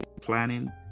planning